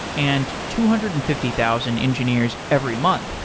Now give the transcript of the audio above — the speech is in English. and two hundred and fifty thousand engineers every month.